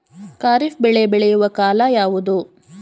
ಖಾರಿಫ್ ಬೆಳೆ ಬೆಳೆಯುವ ಕಾಲ ಯಾವುದು?